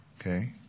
Okay